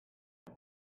pemp